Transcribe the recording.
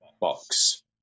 box